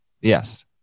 Yes